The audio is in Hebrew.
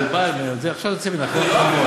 עכשיו זה בא, עכשיו זה יוצא מן הכוח אל הפועל.